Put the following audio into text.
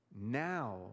Now